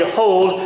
hold